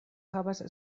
havas